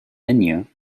menu